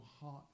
heart